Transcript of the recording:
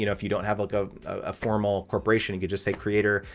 you know if you don't have like ah a formal corporation you could just say creator,